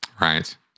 Right